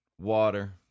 water